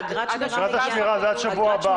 אגרת השמירה זה עד שבוע הבא.